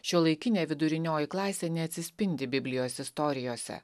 šiuolaikinė vidurinioji klasė neatsispindi biblijos istorijose